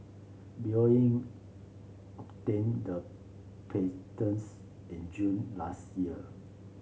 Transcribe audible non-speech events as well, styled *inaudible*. Boeing obtained the *unintelligible* in June last year